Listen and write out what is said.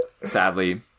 sadly